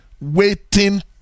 Waiting